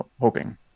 hoping